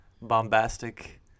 bombastic